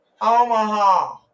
Omaha